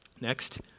next